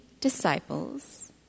disciples